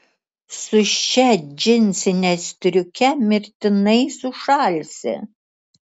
su šia džinsine striuke mirtinai sušalsi